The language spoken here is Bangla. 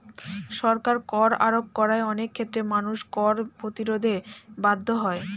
সরকার কর আরোপ করায় অনেক ক্ষেত্রে মানুষ কর প্রতিরোধে বাধ্য হয়